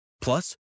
Plus